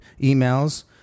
emails